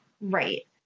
Right